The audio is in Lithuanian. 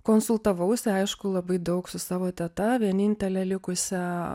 konsultavausi aišku labai daug su savo teta vienintele likusią